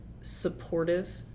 supportive